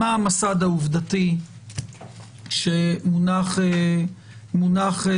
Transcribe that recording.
מה המסד העובדתי שמונח לפנינו,